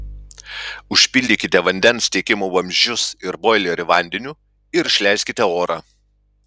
užpildykite vandens tiekimo vamzdžius ir boilerį vandeniu ir išleiskite orą